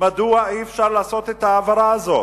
מדוע אי-אפשר לעשות את ההעברה הזו,